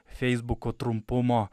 feisbuko trumpumo